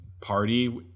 party